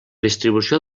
distribució